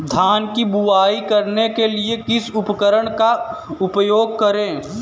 धान की बुवाई करने के लिए किस उपकरण का उपयोग करें?